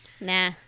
Nah